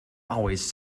always